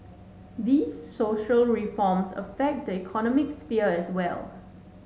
these social reforms affect the economic sphere as well